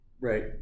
Right